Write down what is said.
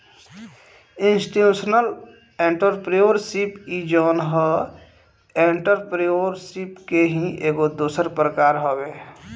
institutional entrepreneurship इ जवन ह एंटरप्रेन्योरशिप के ही एगो दोसर प्रकार हवे